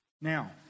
Now